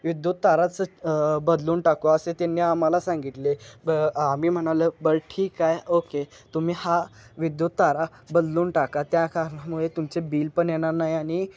विद्युत ताराच बदलून टाकू असे त्यांनी आम्हाला सांगितले ब आम्ही म्हणालं बरं ठीक आहे ओके तुम्ही हा विद्युत तारा बदलून टाका त्या कारणामुळे तुमचे बिल पण येणार नाही आणि